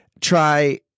try